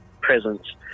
presence